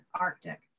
Arctic